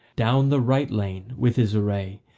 down the right lane with his array,